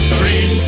free